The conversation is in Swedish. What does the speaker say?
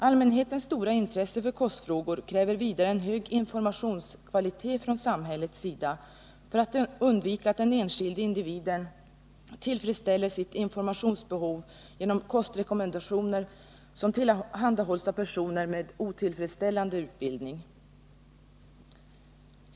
Allmänhetens stora intresse för kostfrågor kräver vidare en hög kvalitet på informationen från samhällets sida för att man skall kunna undvika att den enskilda individen tillfredsställer sitt informationsbehov genom kostrekommendationer från personer med en otillfredsställande utbildning.